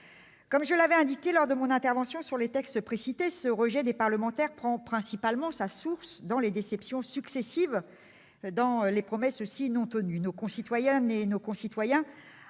Comme je l'avais indiqué lors de mon intervention sur les textes précités, ce rejet des parlementaires prend principalement sa source dans les déceptions successives, dans les promesses non tenues.